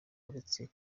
uretse